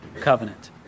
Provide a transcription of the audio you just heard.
covenant